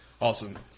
Awesome